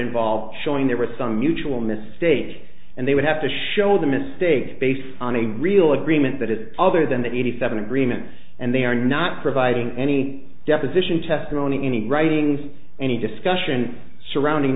involve showing there were some mutual mistake and they would have to show the mistakes based on a real agreement that is other than the eighty seven agreement and they are not providing any deposition testimony any writings any discussion surrounding